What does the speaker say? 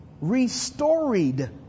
restored